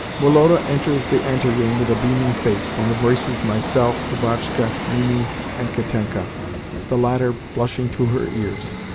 woloda enters the anteroom with a beaming face, and embraces myself, lubotshka, mimi, and katenka the latter blushing to her ears.